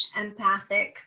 empathic